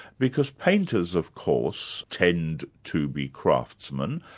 because painters of course tend to be craftsmen.